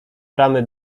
bramy